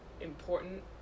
important